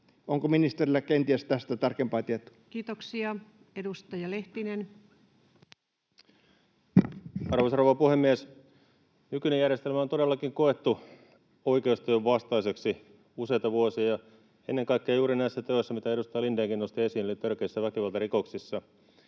Onko ministerillä kenties tästä tarkempaa tietoa? Kiitoksia. — Edustaja Lehtinen. Arvoisa rouva puhemies! Nykyinen järjestelmä on todellakin koettu oikeustajun vastaiseksi useita vuosia ja ennen kaikkea juuri näissä teoissa, mitä edustaja Lindénkin nosti esiin, eli törkeissä väkivaltarikoksissa.